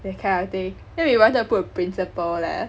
that kind of thing then we wanted to put the principal leh